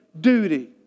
duty